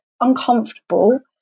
uncomfortable